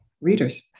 readers